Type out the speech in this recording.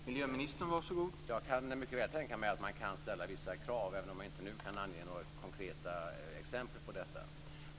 Herr talman! Jag kan mycket väl tänka mig att man kan komma att ställa vissa krav, även om jag inte nu kan ange några konkreta exempel på detta.